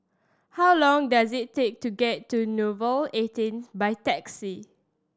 how long does it take to get to Nouvel eighteenth by taxi